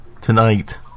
tonight